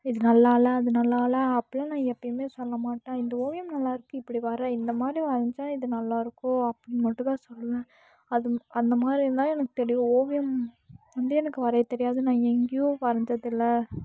இது நல்லால அது நல்லால அப்போல்லாம் நான் எப்போயுமே சொல்ல மாட்டேன் இந்த ஓவியம் நல்லாயிருக்கு இப்படி வர இந்த மாதிரி வரைஞ்சா இது நல்லாயிருக்கும் அப்படின்னு மட்டும் தான் சொல்லுவேன் அது அந்த மாதிரி இருந்தால் எனக்கு தெரியும் ஓவியம் வந்து எனக்கு வரைய தெரியாது நான் எங்கேயும் வரைஞ்சதில்ல